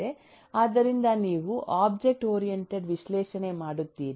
ಆದ್ದರಿಂದ ನೀವು object oriented ವಿಶ್ಲೇಷಣೆ ಮಾಡುತ್ತೀರಿ